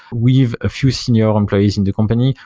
we've a few senior employees in the company.